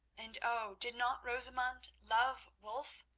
and, oh! did not rosamund love wulf?